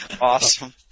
Awesome